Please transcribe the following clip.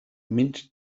mint